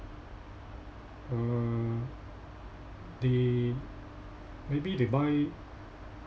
uh they maybe they buy